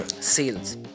sales